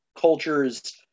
cultures